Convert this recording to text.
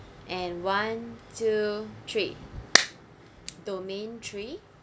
and one two three domain three